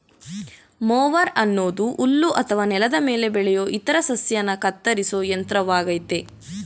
mower ಅನ್ನೋದು ಹುಲ್ಲು ಅಥವಾ ನೆಲದ ಮೇಲೆ ಬೆಳೆಯೋ ಇತರ ಸಸ್ಯನ ಕತ್ತರಿಸೋ ಯಂತ್ರವಾಗಯ್ತೆ